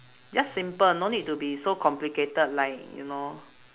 just simple no need to be so complicated like you know